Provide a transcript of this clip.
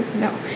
No